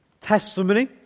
testimony